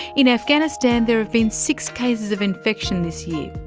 in afghanistan there have been six cases of infection this year.